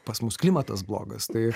pas mus klimatas blogas tai